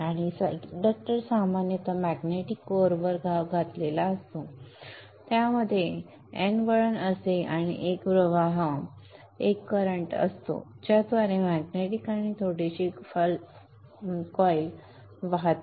आणि इंडक्टर सामान्यत magnetic core वर वाऊंड असतो ज्यामध्ये N टर्न असते आणि करंट I असतो ज्याद्वारे मॅग्नेटिक आणि थोडीशी कॉइल वाहते